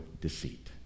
deceit